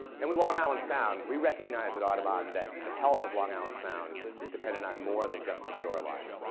and with long island sound we recognize that audubon, that the health of long island sound is dependent on more than just the shoreline.